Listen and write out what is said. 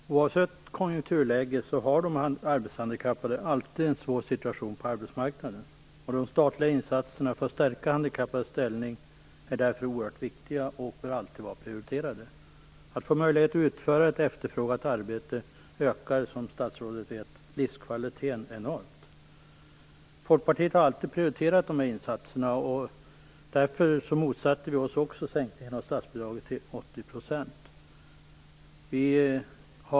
Fru talman! Oavsett konjunkturläge har de arbetshandikappade alltid en svår situation på arbetsmarknaden. De statliga insatserna för att stärka handikappades ställning är därför oerhört viktiga och bör alltid vara prioriterade. Att få möjlighet att utföra ett efterfrågat arbete ökar, som statsrådet vet, livskvaliteten enormt. Folkpartiet har alltid prioriterat dessa insatser och motsatte sig därför sänkningen av statsbidraget till 80 %.